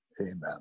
Amen